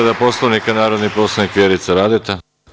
Povreda Poslovnika, narodni poslanik Vjerica Radeta.